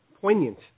Poignant